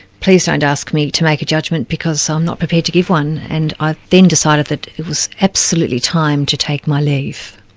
please don't and ask me to make a judgment because i'm not prepared to give one, and i then decided that it was absolutely time to take my leave.